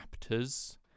raptors